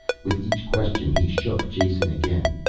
with each question he shook jason again.